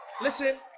listen